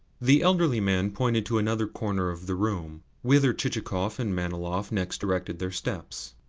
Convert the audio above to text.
the elderly man pointed to another corner of the room whither chichikov and manilov next directed their steps.